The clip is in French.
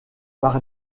pour